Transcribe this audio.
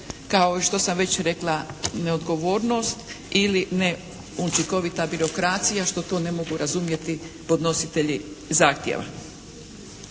kao i što sam već rekla neodgovornost ili ne učinkovita birokracija što to ne mogu razumjeti podnositelji zahtjeva.